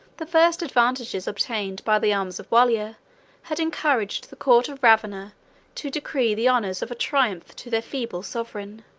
the first advantages obtained by the arms of wallia had encouraged the court of ravenna to decree the honors of a triumph to their feeble sovereign.